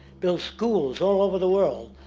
build schools all over the world,